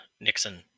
nixon